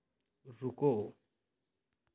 रुको